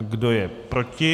Kdo je proti?